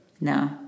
No